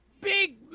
Big